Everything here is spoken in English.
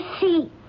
see